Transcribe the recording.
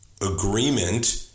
agreement